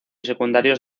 secundarios